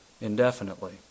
Indefinitely